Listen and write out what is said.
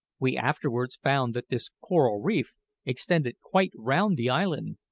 we afterwards found that this coral reef extended quite round the island,